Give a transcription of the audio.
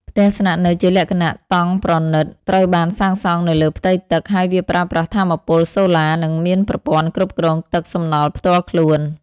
ផ្ទះស្នាក់នៅជាលក្ខណៈតង់ប្រណីតត្រូវបានសាងសង់នៅលើផ្ទៃទឹក ហើយវាប្រើប្រាស់ថាមពលសូឡា និងមានប្រព័ន្ធគ្រប់គ្រងទឹកសំណល់ផ្ទាល់ខ្លួន។